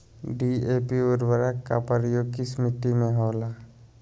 DAP उर्वरक का प्रयोग किस मिट्टी में होला?